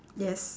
yes